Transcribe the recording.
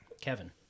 Kevin